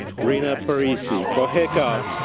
rena parisi for hiccup.